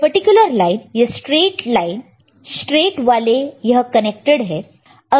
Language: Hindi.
यह पर्टिकुलर लाइन यह स्ट्रेट वाले यह कनेक्टेड है